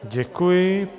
Děkuji.